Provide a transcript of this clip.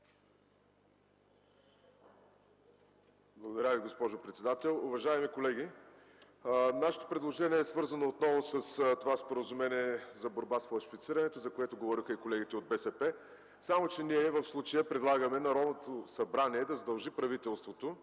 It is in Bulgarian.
Благодаря, госпожо председател. Уважаеми колеги, нашето предложение е свързано отново със Споразумението за борба с фалшифицирането, за което говориха и колегите от БСП. В случая ние предлагаме Народното събрание да задължи правителството